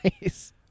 nice